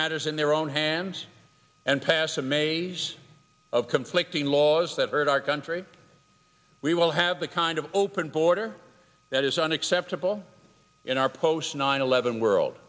matters in their own hands and pass a maze of conflicting laws that hurt our country we will have the kind of open border that is unacceptable in our post nine eleven world